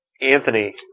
Anthony